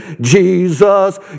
Jesus